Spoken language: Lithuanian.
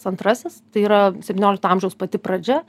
antrasis tai yra septyniolikto amžiaus pati pradžia